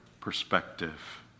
perspective